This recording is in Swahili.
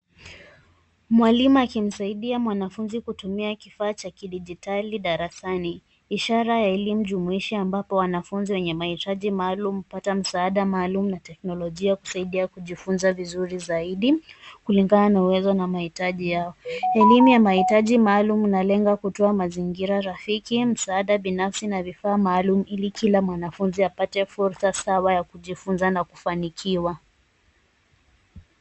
Mwalimu akimsaidia mwanafunzi kutumia kifaa cha kidijitali darasani. Ishara ya elimu jumuishi ambapo wanafunzi wenye maitaji maalum hupata msaada maalum na teknolojia kusaidia kujifunza vizuri zaidi kulingana uwezo na maitaji yao. Elimu ya mahitaji maalum inalenga kutoa mazingira rafiki, msaada binafsi na vifaa maalum ili kila mwanafunzi apate fursa sawa ya kujifunza na kufanikiwa.